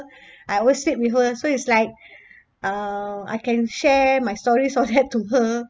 I always sleep with her so it's like uh I can share my stories all that to her